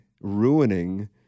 ruining